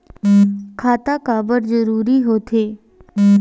खाता काबर जरूरी हो थे?